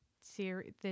series